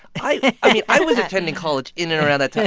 i mean, i was attending college in and around that time.